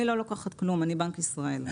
אני לא לוקחת כלום, אני בנק ישראל.